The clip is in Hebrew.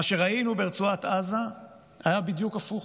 מה שראינו ברצועת עזה היה בדיוק הפוך.